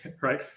right